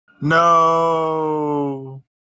No